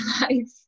life